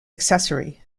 accessory